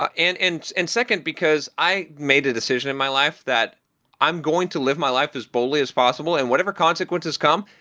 ah and and and second because i made a decision in my life that i'm going to live my life as fully as possible and whatever consequences come,